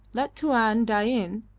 let tuan dain,